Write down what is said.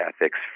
ethics